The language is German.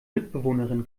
mitbewohnerin